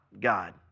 God